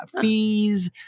fees